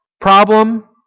problem